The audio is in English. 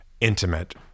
intimate